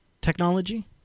technology